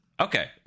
Okay